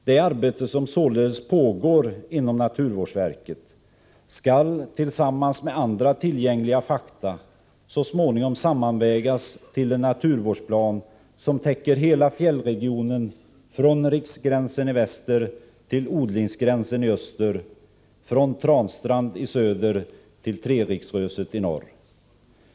Det arbete som således pågår inom naturvårdsverket skall tillsammans med andra tillgängliga fakta så småningom sammanvägas till en naturvårdsplan, som täcker hela fjällregionen från Riksgränsen i väster till odlingsgränsen i öster, från Transtrand i söder till Treriksröset i norr.